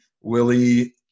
Willie